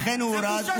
לכן הוא הורד.